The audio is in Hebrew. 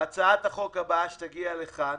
הצעת החוק הבאה שתגיע לכאן